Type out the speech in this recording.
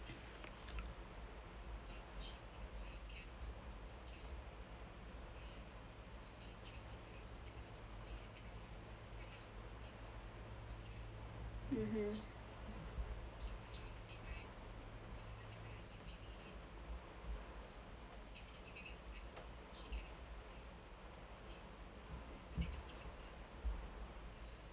mmhmm